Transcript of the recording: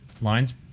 lines